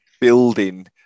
building